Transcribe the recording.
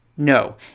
No